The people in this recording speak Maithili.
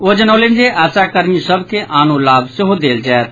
ओ जनौलनि जे आशा कर्मी सभ के आनो लाभ सेहो देल जायत